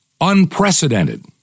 unprecedented